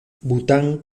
bután